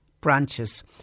branches